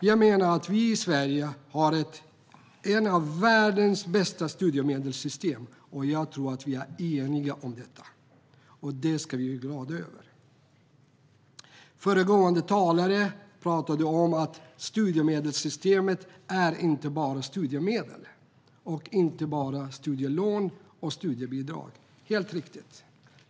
Jag menar att vi i Sverige har ett av världens bästa studiemedelssystem, och jag tror att vi är eniga om detta. Det ska vi vara glada över. Föregående talare talade om att studiemedelssystemet inte bara är studiemedel, studielån och studiebidrag. Det är helt riktigt.